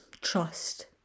trust